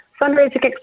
fundraising